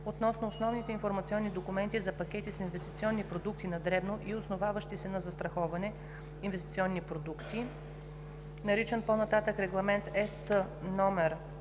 относно основните информационни документи за пакети с инвестиционни продукти на дребно и основаващи се на застраховане инвестиционни продукти (ПИПДОЗИП) (OB, L 352/1 от 9